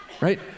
right